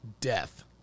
death